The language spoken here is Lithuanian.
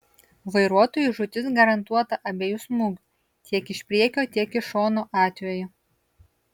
vairuotojui žūtis garantuota abiejų smūgių tiek iš priekio tiek iš šono atveju